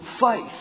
faith